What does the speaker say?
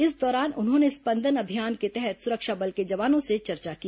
इस दौरान उन्होंने स्पंदन अभियान के तहत सुरक्षा बल के जवानों से चर्चा की